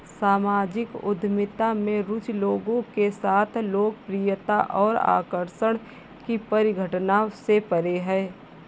सामाजिक उद्यमिता में रुचि लोगों के साथ लोकप्रियता और आकर्षण की परिघटना से परे है